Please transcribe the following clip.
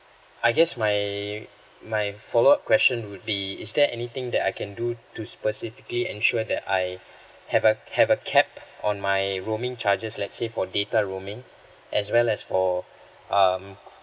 I guess my my follow up question would be is there anything that I can do to specifically ensure that I have a have a cap on my roaming charges let's say for data roaming as well as for um